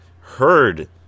heard